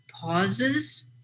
pauses